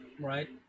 right